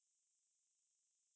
oh 糟糕 leh